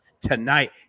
tonight